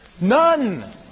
None